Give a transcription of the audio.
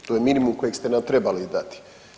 To je minimum kojeg ste nam trebali dati.